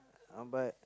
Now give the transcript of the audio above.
uh but